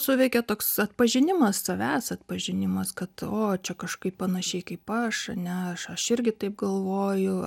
suveikė toks atpažinimas savęs atpažinimas kad o čia kažkaip panašiai kaip aš ane aš aš irgi taip galvoju